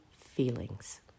feelings